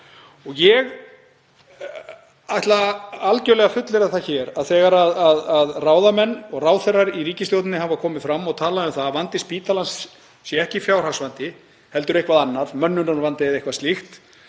Ég ætla að fullyrða það hér að þegar ráðamenn og ráðherrar í ríkisstjórninni hafa komið fram og talað um að vandi spítalans sé ekki fjárhagsvandi heldur eitthvað annað, mönnunarvandi eða eitthvað slíkt,